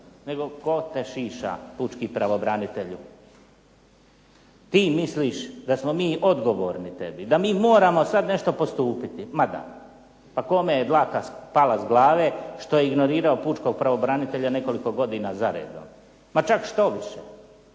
nego tko te šiša pučki pravobranitelju. Ti misliš da smo mi odgovorni tebi, da mi moramo sad nešto postupiti. Ma da. Pa kome je dlaka spala s glave što je ignorirao pučkog pravobranitelja nekoliko godina zaredom? Pa čak štoviše,